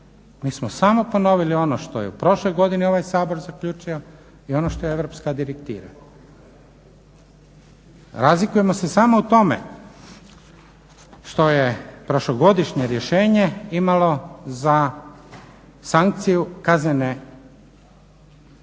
mi smo samo ponovili ono što je u prošloj godini ovaj Sabor zaključio i ono što je europska direktiva. Razlikujemo se samo u tome što je prošlogodišnje rješenje imalo za sankciju kaznene odredbe